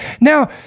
Now